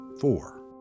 Four